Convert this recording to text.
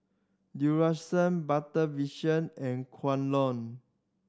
Duracell Better Vision and Kwan Loong